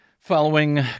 Following